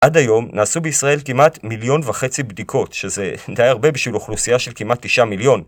עד היום נעשו בישראל כמעט מיליון וחצי בדיקות, שזה די הרבה בשביל אוכלוסייה של כמעט תשעה מיליון.